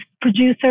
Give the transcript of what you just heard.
producer